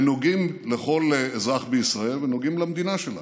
נוגעים לכל אזרח בישראל ונוגעים למדינה שלנו.